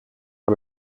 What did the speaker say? gab